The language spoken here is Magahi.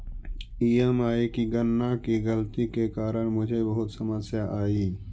ई.एम.आई की गणना की गलती के कारण मुझे बहुत समस्या आई